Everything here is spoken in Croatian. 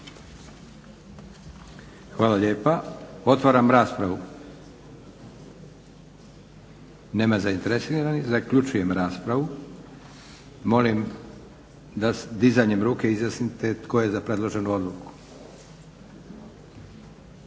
Hvala lijepa. Otvaram raspravu. Nema zainteresiranih. Zaključujem raspravu. Molim da dizanjem ruke izjasnite tko je za predloženu odluku.